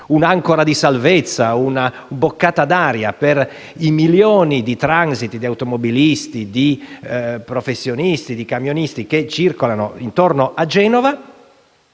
un'ancora di salvezza, una boccata d'aria per i milioni di automobilisti, professionisti e camionisti che circolano intorno a Genova